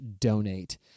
donate